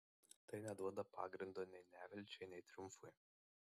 tai neduoda pagrindo nei nevilčiai nei triumfui